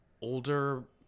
older